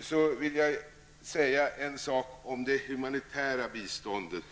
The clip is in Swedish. Slutligen vill jag säga något om det humanitära biståndet.